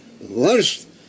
worst